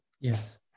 Yes